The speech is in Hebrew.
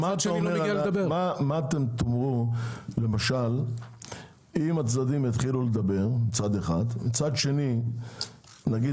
מה תאמרו למשל אם הצדדים יתחילו לדבר מצד אחד ומצד שני נגיד